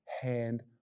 hand